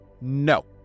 No